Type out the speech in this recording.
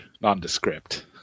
nondescript